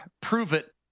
prove-it